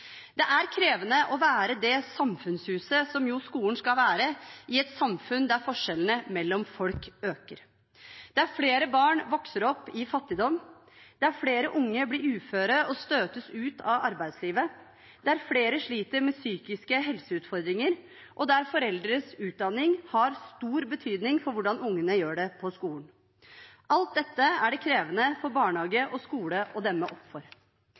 Det er krevende å være det samfunnshuset som skolen jo skal være, i et samfunn der forskjellene mellom folk øker, der flere barn vokser opp i fattigdom, der flere unge blir uføre og støtes ut av arbeidslivet, der flere sliter med psykiske helseutfordringer, og der foreldres utdanning har stor betydning for hvordan ungene gjør det på skolen. Alt dette er det krevende for barnehage og skole å demme opp for.